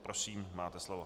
Prosím, máte slovo.